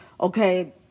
okay